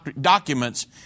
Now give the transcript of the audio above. documents